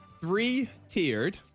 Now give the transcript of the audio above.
three-tiered